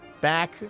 back